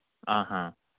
ꯑꯥ ꯍꯥ